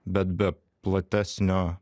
bet be platesnio